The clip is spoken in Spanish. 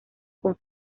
con